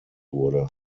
wurde